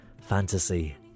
fantasy